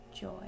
joy